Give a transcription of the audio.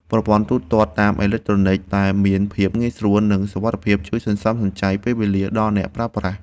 ប្រព័ន្ធទូទាត់ប្រាក់តាមអេឡិចត្រូនិកដែលមានភាពងាយស្រួល និងសុវត្ថិភាពជួយសន្សំសំចៃពេលវេលាដល់អ្នកប្រើប្រាស់។